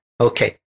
Okay